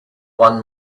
won